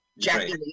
jackie